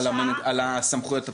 על סמכויות הפקחים,